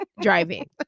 driving